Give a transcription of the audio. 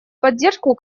поддержку